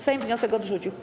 Sejm wniosek odrzucił.